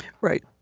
Right